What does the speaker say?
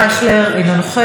הוא עדיין חבר כנסת?